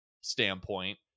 standpoint